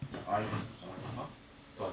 讲 ahri 可是不是 ahri !huh!